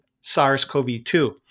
SARS-CoV-2